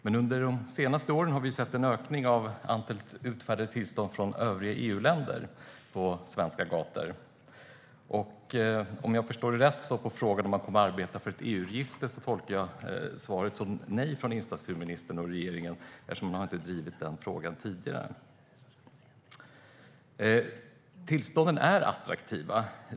Men under de senaste åren har det skett en ökning av antalet utfärdade tillstånd från övriga EU-länder på svenska gator. Svaret på frågan om man kommer att arbeta för ett EU-register tolkar jag som ett nej från infrastrukturministern och regeringen. Det ministern säger är att man inte har drivit frågan tidigare. Tillstånden är attraktiva.